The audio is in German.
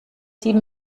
sieben